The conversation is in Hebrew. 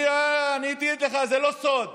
זה לא סוד.